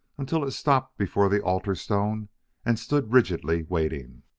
until it stopped before the altar stone and stood rigidly waiting.